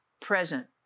present